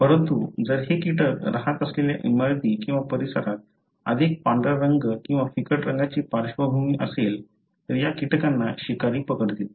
परंतु जर हे कीटक राहत असलेल्या इमारती किंवा परिसरात अधिक पांढरा रंग किंवा फिकट रंगाची पार्श्वभूमी असेल तर या कीटकांना शिकारी पकडतील